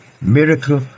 miracle